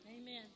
amen